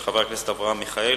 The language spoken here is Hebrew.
של חבר הכנסת מיכאלי: